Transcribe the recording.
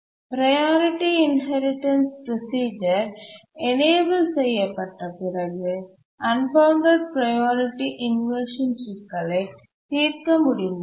priority inheritance procedure enable செய்யப்பட்ட பிறகு unbounded priority inversion சிக்கலை தீர்க்க முடிந்தது